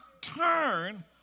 turn